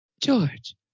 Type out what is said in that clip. George